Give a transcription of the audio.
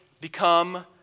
become